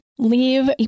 Leave